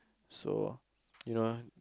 so you know